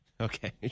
Okay